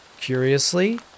Curiously